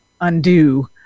undo